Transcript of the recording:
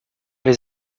les